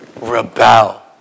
rebel